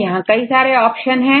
यहां कई सारे ऑप्शन है